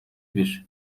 bir